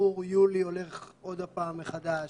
סיפור יולי הולך עוד פעם מחדש.